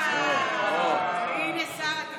אה, הינה שר התקשורת.